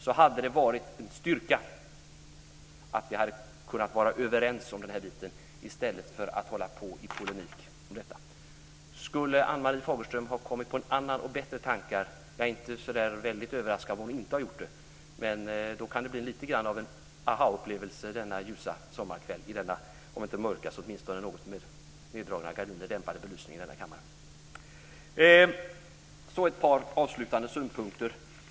Det hade varit en styrka om vi hade kunnat vara överens i stället för att gå i polemik. Om Ann-Marie Fagerström skulle komma på bättre tankar - jag är inte överraskad om hon inte har gjort det - kan det bli lite av en aha-upplevelse denna ljusa sommarkväll, med neddragna gardiner och dämpad belysning i kammaren. Så ett par avslutande synpunkter.